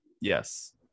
Yes